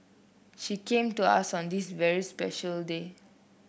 she came to us on this very special day